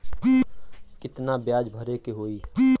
कितना ब्याज भरे के होई?